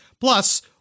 Plus